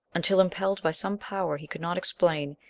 until, impelled by some power he could not explain,